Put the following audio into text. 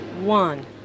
one